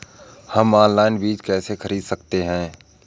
हम ऑनलाइन बीज कैसे खरीद सकते हैं?